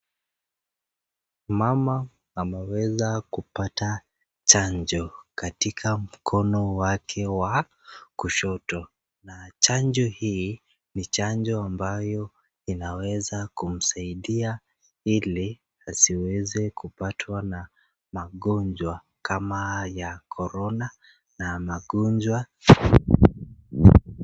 Mama ameweza kupata chanjo katika mkono wake wa kushoto. Chanjo hii ni chanjo ambayo inaweza kumsaidia ili asiweze kupatwa na magonjwa kama ya korona na magonjwa...